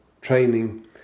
training